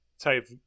type